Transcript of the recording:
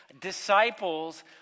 Disciples